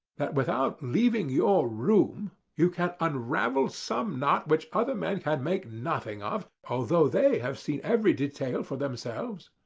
that without leaving your room you can unravel some knot which other men can make nothing of, although they have seen every detail for themselves?